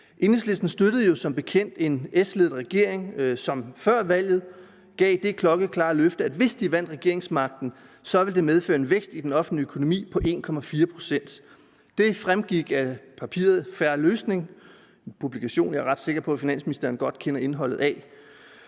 Enhedslisten støttede jo som bekendt en S-ledet regering, som før valget gav det klokkeklare løfte, at hvis de vandt regeringsmagten, ville det medføre en vækst i den offentlige økonomi på 1,4 pct. Det fremgik af papiret »En Fair Løsning« – en publikation, jeg er ret sikker på at finansministeren godt kender indholdet af.